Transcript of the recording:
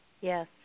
Yes